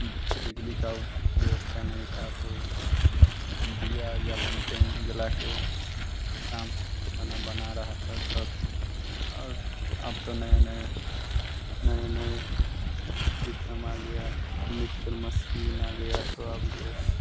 हम बिजली की व्यवस्था नहीं था तो दीया या लनटेन जला कर काम खाना बना रहा था सब और अब तो नया नया नए नए सिस्टम आ गया मिक्सर मसीन आ गया तो अब जो